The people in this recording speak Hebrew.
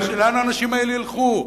אבל לאן האנשים האלה ילכו?